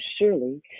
surely